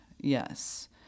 Yes